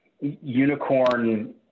unicorn